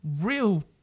real